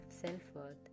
self-worth